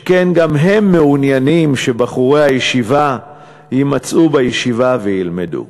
שכן גם הם מעוניינים שבחורי הישיבה יימצאו בישיבה וילמדו,